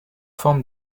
forme